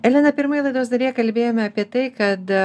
elena pirmoj laidos dalyje kalbėjome apie tai kad